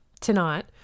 tonight